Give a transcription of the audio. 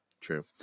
true